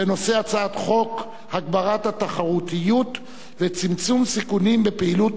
הצעת חוק הגברת התחרותיות וצמצום סיכונים בפעילות